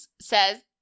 says